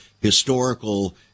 historical